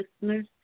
listeners